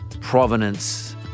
provenance